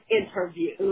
interview